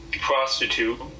prostitute